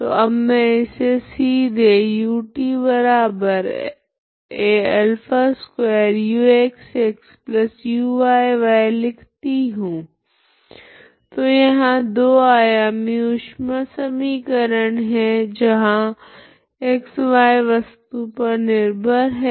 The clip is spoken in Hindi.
तो अब मैं इसे सीधे utα2uxxuyy लिखती हूँ तो यह दो आयामी ऊष्मा समीकरण है जहां xy वस्तु पर निर्भर है